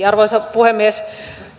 arvoisa puhemies